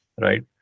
right